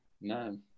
No